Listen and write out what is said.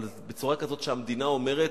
אבל בצורה כזאת שהמדינה אומרת: